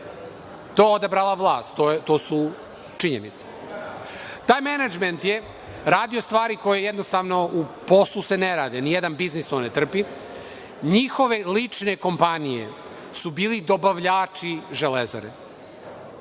je odabrala vlast, i to su činjenice. Taj menadžment je radio stvari koje se u poslu ne rade, ni jedan biznis to ne trpi. Njihove lične kompanije su bile dobavljači „Železare“,